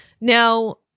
Now